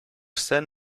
sen